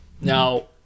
Now